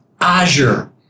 Azure